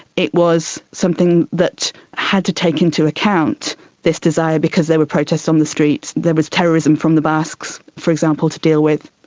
it was something that had to take into account this desire because there were protests on um the streets, there was terrorism from the basques, for example, to deal with.